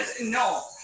no